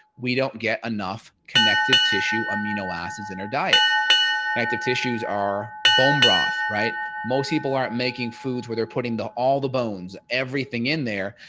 we don't get enough connective tissue amino acids in our diet active tissues are bone broth right. most people aren't making foods where they're putting the all the bones everything in there.